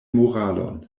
moralon